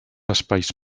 espais